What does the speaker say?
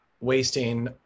wasting